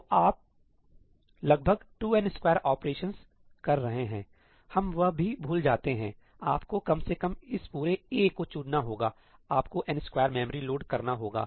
तो आप लगभग 2n2 ऑपरेशन कर रहे हैंहम वह भी भूल जाते हैंआपको कम से कम इस पूरे A को चुनना होगाआपको n2 मेमोरी लोड करना होगा